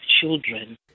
children